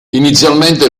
inizialmente